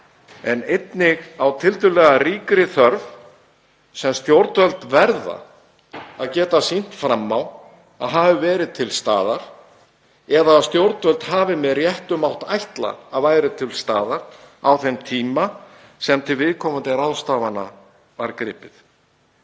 en einnig á tiltölulega ríkri þörf sem stjórnvöld verða að geta sýnt fram á að hafi verið til staðar eða stjórnvöld hafi með réttu mátt ætla að væru til staðar á þeim tíma sem til viðkomandi ráðstafana var gripið.